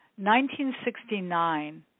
1969